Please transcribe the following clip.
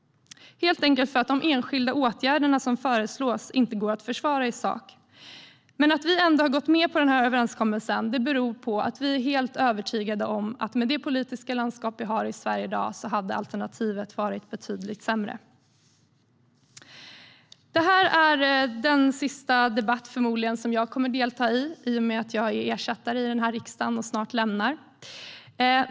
De enskilda åtgärderna som föreslås kan helt enkelt inte försvaras i sak. Att vi ändå har gått med på överenskommelsen beror på att vi är helt övertygade om att med det politiska landskap vi har i Sverige i dag hade alternativet varit betydligt sämre. Det här är förmodligen min sista debatt i och med att jag är ersättare och snart lämnar riksdagen.